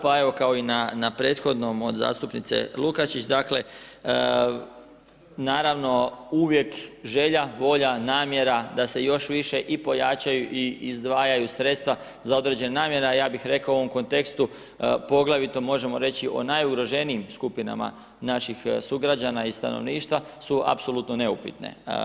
Pa evo, kao i na prethodno od zastupnice Lukačić, dakle, naravno, uvijek želja, volja, namjera da se još više i pojačaju i izdvajaju sredstva za određene namjene, a ja bih rekao u ovom kontekstu, poglavito možemo reći o najugroženijim skupinama, naših sugrađana i stanovništva su apsolutno neupitne.